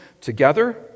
together